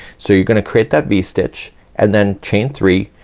so you're gonna create that v-stitch, and then chain three,